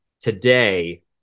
today